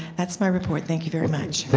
that is my report. thank you very much.